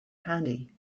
handy